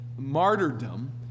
martyrdom